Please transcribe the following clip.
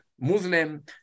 Muslim